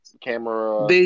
camera